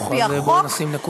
משפט ארוך, אז, בואי נשים נקודה.